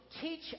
teach